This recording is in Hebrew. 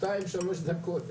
שתיים-שלוש דקות.